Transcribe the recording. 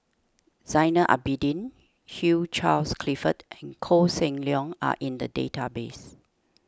Zainal Abidin Hugh Charles Clifford and Koh Seng Leong are in the database